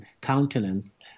countenance